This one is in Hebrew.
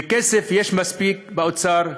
וכסף יש מספיק באוצר.